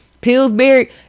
Pillsbury